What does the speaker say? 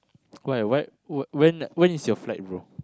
why what what when when is your flight bro